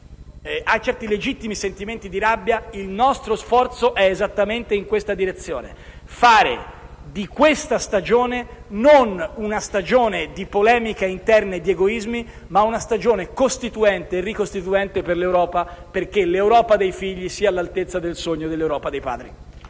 certi legittimi sentimenti di rabbia, il nostro sforzo è esattamente in questa direzione: fare di questa stagione, non una stagione di polemiche interne e di egoismi, ma una stagione costituente e ricostituente per l'Europa, perché l'Europa dei figli sia all'altezza del sogno dell'Europa dei Padri.